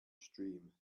stream